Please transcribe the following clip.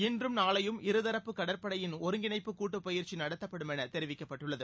இன்றும் நாளையும் இருதரப்பு கடற்படையின் ஒருங்கிணைப்பு கூட்டுப்பயிற்சி நடத்தப்படும் என தெரிவிக்கப்பட்டுள்ளது